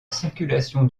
circulation